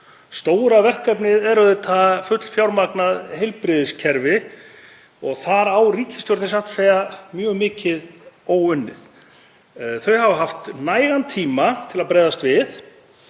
Stóra verkefnið er auðvitað fullfjármagnað heilbrigðiskerfi og þar á ríkisstjórnin satt að segja mjög mikið verk óunnið. Þau hafa haft nægan tíma til að bregðast við